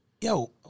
Yo